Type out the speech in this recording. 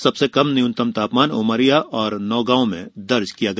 सबसे कम न्यूनतम तापमान उमरिया और नौगांव में दर्ज किया गया